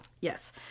Yes